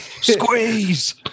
Squeeze